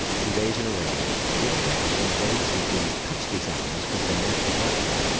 two days in a row, but we don't have to invasively touch these animals because they are naturally barcoded.